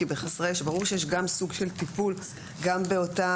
כי בחסרי ישע ברור שיש גם סוג של טיפול גם באותה